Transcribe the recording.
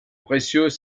précieux